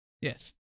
Yes